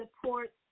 support